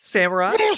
Samurai